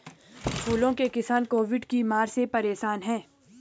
फूलों के किसान कोविड की मार से परेशान है